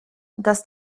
dass